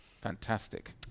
Fantastic